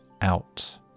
out